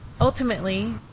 ultimately